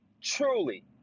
Truly